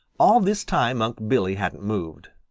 all this time unc' billy hadn't moved.